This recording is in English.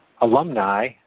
alumni –